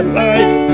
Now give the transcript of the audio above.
life